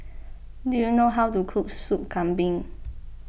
do you know how to cook Soup Kambing